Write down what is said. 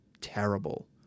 terrible